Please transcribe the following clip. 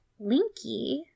Linky